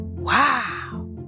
Wow